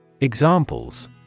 Examples